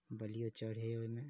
बलिओ चढ़ै है ओहिमे